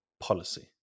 policy